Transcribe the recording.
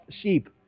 sheep